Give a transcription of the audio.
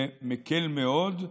זה מקל מאוד.